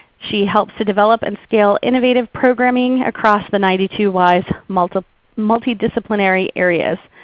she helps to develop and scale innovative programming across the ninety two y's multidisciplinary areas.